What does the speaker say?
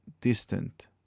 distant